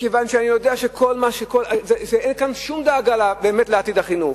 מכיוון שאני יודע שאין כאן שום דאגה באמת לעתיד החינוך,